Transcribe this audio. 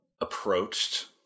approached